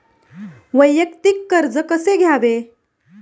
वैयक्तिक कर्ज कसे घ्यावे?